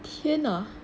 天 ah